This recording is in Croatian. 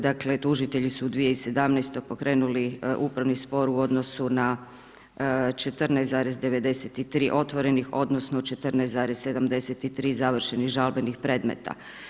Dakle tužitelji su 2017. pokrenuli upravni spor u odnosu na 14,93 otvorenih odnosno 14,73 završenih žalbenih predmeta.